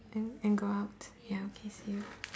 then and go out ya okay see you